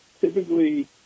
typically